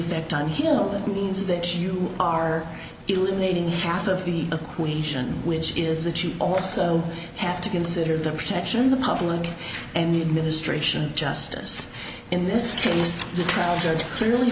effect on heal that means that you are eliminating half of the equation which is that you also have to consider the protection of the public and the administration justice in this case the trial judge clearly